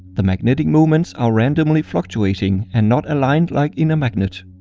the magnetic moments are randomly fluctuating and not aligned like in a magnet.